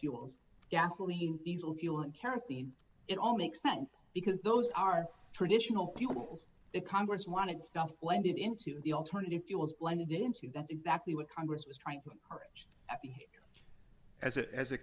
fuels gasoline diesel fuel and kerosene it all makes sense because those are traditional fuels that congress wanted stuff blended into the alternative fuels blended into that's exactly what congress was trying to arrange as it as a